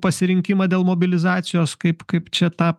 pasirinkimą dėl mobilizacijos kaip kaip čia tą